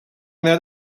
that